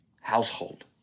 household